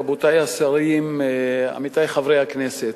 רבותי השרים, עמיתי חברי הכנסת,